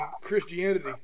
Christianity